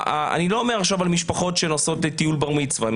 אני לא אומר עכשיו על משפחות שנוסעות לטיול בר מצווה.